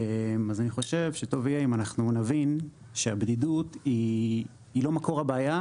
אז אני חושב שטוב יהיה אם אנחנו נבין שהבדידות היא לא מקור הבעיה,